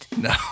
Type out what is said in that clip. No